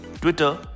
Twitter